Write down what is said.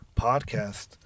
podcast